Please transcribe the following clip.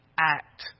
act